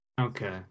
Okay